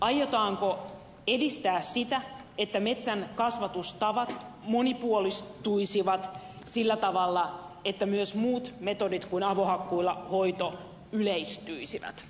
aiotaanko edistää sitä että metsän kasvatustavat monipuolistuisivat sillä tavalla että myös muut metodit kuin avohakkuilla hoito yleistyisivät